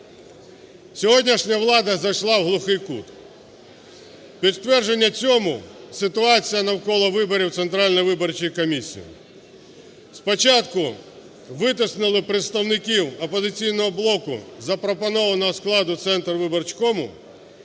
Сьогоднішня влада зайшла у глухий кут. Підтвердження цьому ситуація навколо виборів Центральної виборчої комісії. Спочатку витіснили представників "Опозиційного блоку" із запропонованого складу Центрвиборчкому,